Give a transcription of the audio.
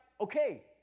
okay